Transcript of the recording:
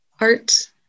art